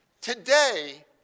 Today